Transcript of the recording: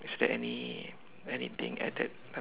is there any anything at that not~